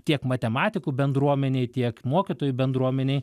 tiek matematikų bendruomenei tiek mokytojų bendruomenei